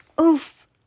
Oof